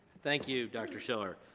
thank you dr. schiller.